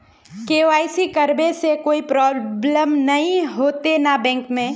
KYC करबे से कोई प्रॉब्लम नय होते न बैंक में?